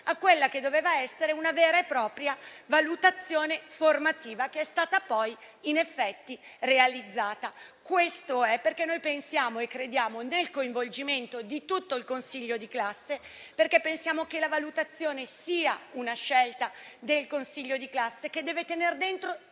a quella che doveva essere una vera e propria valutazione formativa, che è stata poi in effetti realizzata. Ciò perché crediamo nel coinvolgimento di tutto il consiglio di classe, perché riteniamo che la valutazione sia una scelta del consiglio di classe, che deve tener conto